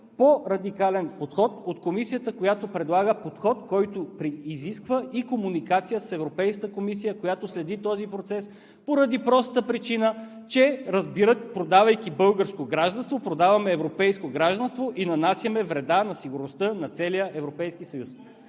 по-радикален подход от Комисията, която предлага подход, който изисква и комуникация с Европейската комисия, която следи този процес, поради простата причина, че разбират – продавайки българско гражданство, продаваме европейско гражданство и нанасяме вреда на сигурността на целия Европейски съюз.